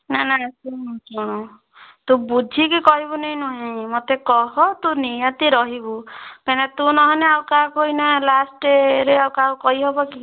ନା ନା ତୁ ବୁଝିକି କହିବୁନି ନୁହେଁ ମୋତେ କହ ତୁ ନିହାତି ରହିବୁ କାହିଁ ନା ତୁ ନହେଲେ ଆଉ କାହାକୁ ଏଇନା ଲାଷ୍ଟରେ ଆଉ କାହାକୁ କହିହେବକି